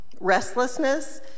restlessness